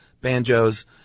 Banjos